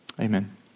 Amen